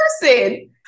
person